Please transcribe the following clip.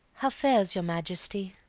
how fares your majesty?